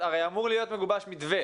רם שפע (יו"ר ועדת החינוך, התרבות והספורט):